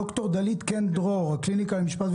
ד"ר דלית קן דרור, הקליניקה למשפט.